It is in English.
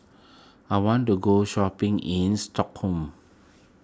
I want to go shopping in Stockholm